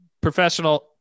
professional